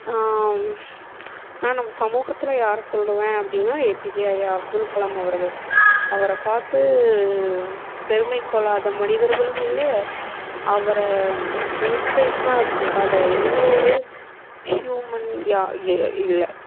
நான் நம்ம சமூகத்தில் யாரை சொல்லுவேன் அப்படின்னா ஏபிஜே ஐயா அப்துல்கலாம் அவர்கள் அவரை பார்த்து பெருமை கொள்ளாத மனிதர்களும் இல்லை அவரை இன்ஸ்பிரேஷனாக வச்சுக்காத எந்த ஒரு ஹியூமன் யா இல்லை